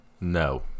No